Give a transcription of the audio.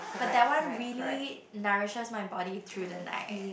but that one really nourishes my body through the night